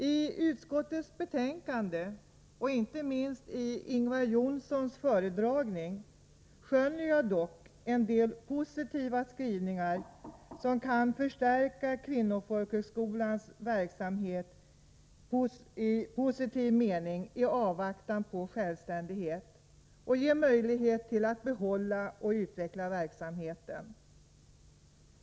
I utskottets betänkande och inte minst i Ingvar Johnssons föredragning skönjer jag dock en del positiva skrivningar, som i avvaktan på stiftelsens självständighet kan förstärka Kvinnofolkhögskolans verksamhet och ge den möjlighet att behålla och utveckla verksamheten.